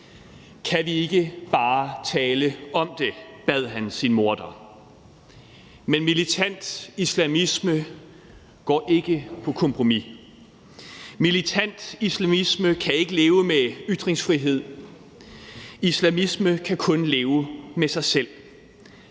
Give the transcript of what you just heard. Kan vi ikke bare tale om det?, bad han sin morder. Men militant islamisme går ikke på kompromis. Militant islamisme kan ikke leve med ytringsfrihed. Islamisme kan kun leve med sig selv.